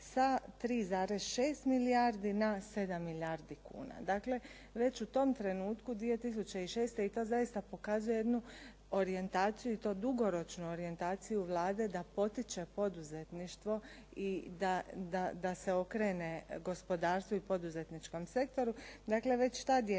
sa 3,6 milijardi na 7 milijardi kuna. Dakle, već u tom trenutku 2006. i to zaista pokazuje jednu orijentaciju i to dugoročnu orijentaciju Vlade da potiče poduzetništvo i da se okrene gospodarstvu i poduzetničkom sektoru. Dakle, već tad je